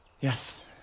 Yes